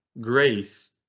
grace